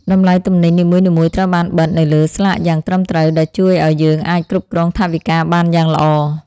តម្លៃទំនិញនីមួយៗត្រូវបានបិទនៅលើស្លាកយ៉ាងត្រឹមត្រូវដែលជួយឱ្យយើងអាចគ្រប់គ្រងថវិកាបានយ៉ាងល្អ។